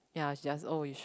ya she just old it should